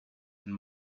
and